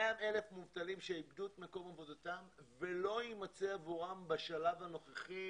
100,000 מובטלים שאיבדו את מקום עבודתם ולא תמצא עבורם בשלב הנוכחי,